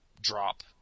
drop